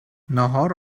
ناهار